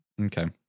Okay